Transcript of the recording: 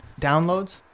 downloads